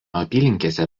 apylinkėse